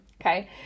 okay